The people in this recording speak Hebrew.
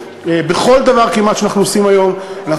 כמעט בכל דבר שאנחנו עושים היום אנחנו